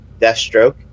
Deathstroke